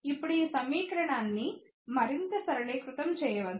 ఇప్పుడు ఈ సమీకరణాన్ని మరింత సరళీకృతం చేయవచ్చు